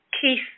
Keith